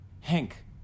Hank